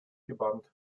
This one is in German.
gebannt